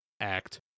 act